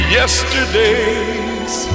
yesterdays